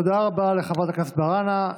תודה רבה לחברת הכנסת מראענה.